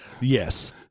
Yes